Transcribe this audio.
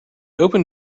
open